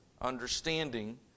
understanding